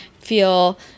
feel